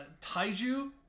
Taiju